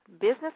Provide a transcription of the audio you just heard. business